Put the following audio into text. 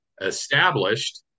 established